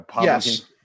Yes